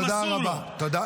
תודה רבה, תודה רבה.